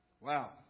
wow